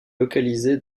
localisé